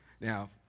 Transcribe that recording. Now